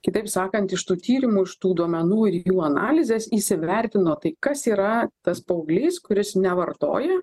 kitaip sakant iš tų tyrimų iš tų duomenų ir jų analizės įsivertino tai kas yra tas paauglys kuris nevartoja